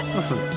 Listen